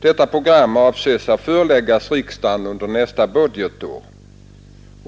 Detta program avses skola föreläggas riksdagen under nästa budgetår.